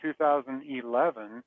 2011